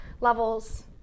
levels